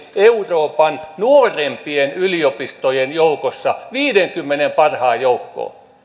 euroopan nuorempien yliopistojen joukossa viiteenkymmeneen parhaan joukkoon